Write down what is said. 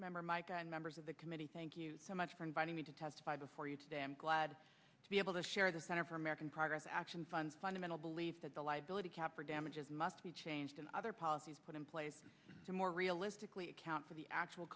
member mike and members of the committee thank you so much for inviting me to testify before you today i am glad to be able to share at the center for american progress action fund fundamental belief that the liability cap for damages must be changed in other policies put in place and more realistically account for the actual